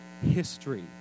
history